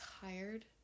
tired